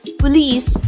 police